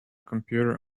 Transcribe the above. computer